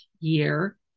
year